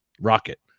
Rocket